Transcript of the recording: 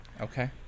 Okay